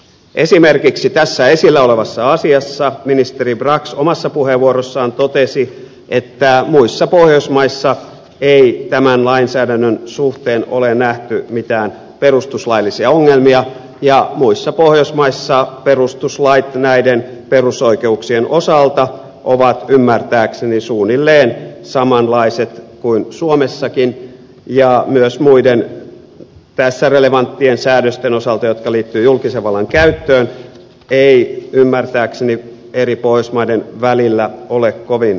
esimerkiksi tässä esillä olevassa asiassa ministeri brax omassa puheenvuorossaan totesi että muissa pohjoismaissa ei tämän lainsäädännön suhteen ole nähty mitään perustuslaillisia ongelmia ja muissa pohjoismaissa perustuslait näiden perusoikeuksien osalta ovat ymmärtääkseni suunnilleen samanlaiset kuin suomessakin eikä myöskään muiden tässä relevanttien säädösten osalta jotka liittyvät julkisen vallan käyttöön ymmärtääkseni eri pohjoismaiden välillä ole kovin suuria eroja